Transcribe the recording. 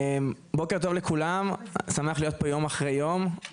בוקר טוב לכולם, שמח להיות פה יום אחרי יום.